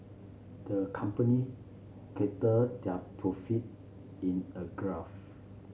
the company charted their profit in a graph